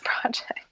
project